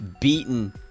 beaten